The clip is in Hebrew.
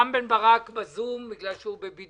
רם בן ברק בזום, בגלל שהוא בבידוד.